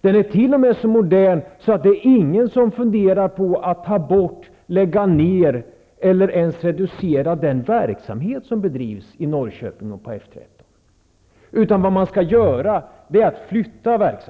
Den är t.o.m. så modern att det inte finns någon som funderar på att lägga ned eller ens reducera den verksamhet som bedrivs på F 13 i Norrköping, utan verksamheten skall flyttas.